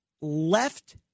left